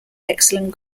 excellent